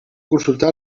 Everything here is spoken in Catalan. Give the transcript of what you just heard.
consultar